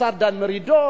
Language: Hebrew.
השר דן מרידור,